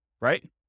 right